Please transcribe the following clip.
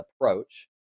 approach